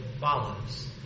follows